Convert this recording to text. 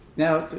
now,